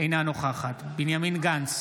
אינה נוכחת בנימין גנץ,